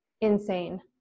insane